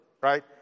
right